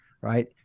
right